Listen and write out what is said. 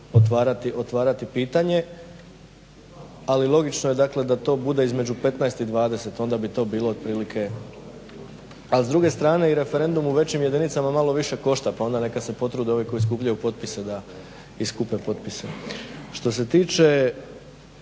otvarati pitanje, ali logično je da to bude između 15 i 20 onda bi to bilo otprilike. A s druge strane i referendum u većim jedinicama malo više košta, pa onda neka se potrude ovi koji skupljaju potpise da i skupe potpise. Što se tiče